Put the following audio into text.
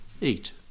eat